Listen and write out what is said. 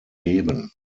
geben